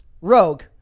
Rogue